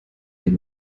dem